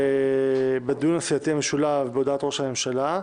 בדיון הסיעתי המשולב בהודעת ראש הממשלה,